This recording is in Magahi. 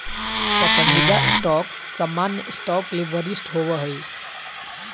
पसंदीदा स्टॉक सामान्य स्टॉक ले वरिष्ठ होबो हइ